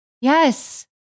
Yes